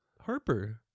Harper